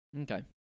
Okay